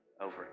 over